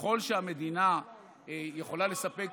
ככל שהמדינה יכולה לספק